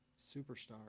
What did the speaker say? superstar